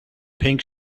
pink